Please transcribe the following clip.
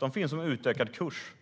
De finns som utökad kurs.